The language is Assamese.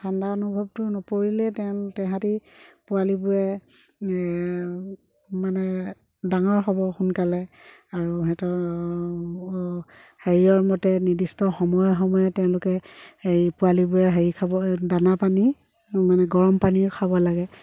ঠাণ্ডা অনুভৱটো নপৰিলে তেওঁ তেহেঁতি পোৱালিবোৰে মানে ডাঙৰ হ'ব সোনকালে আৰু সিহঁতৰ হেৰিয়ৰ মতে নিৰ্দিষ্ট সময়ে সময়ে তেওঁলোকে হেৰি পোৱালিবোৰে হেৰি খাব দানা পানী মানে গৰমপানীয়ো খাব লাগে